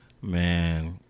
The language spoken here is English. Man